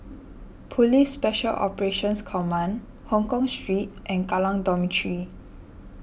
Police Special Operations Command Hongkong Street and Kallang Dormitory